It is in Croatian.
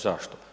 Zašto?